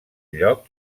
lloc